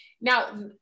Now